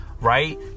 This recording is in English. right